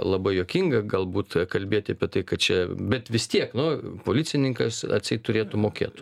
labai juokinga galbūt kalbėti apie tai kad čia bet vis tiek nu policininkas atseit turėtų mokėt